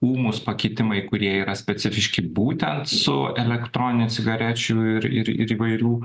ūmus pakitimai kurie yra specifiški būtent su elektroninių cigarečių ir ir įvairių